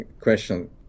question